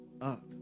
up